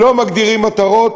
לא מגדירים מטרות,